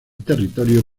territorio